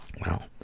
well,